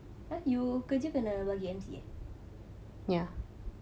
eh you kerja perlu bagi M_C ah